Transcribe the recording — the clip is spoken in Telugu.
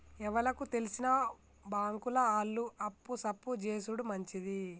ఎవలకు తెల్సిన బాంకుల ఆళ్లు అప్పు సప్పు జేసుడు మంచిది